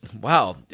Wow